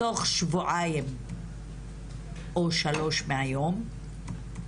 תוך שבועיים או שלושה מהיום,